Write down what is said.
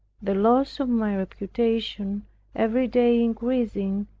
the loss of my reputation every day increasing,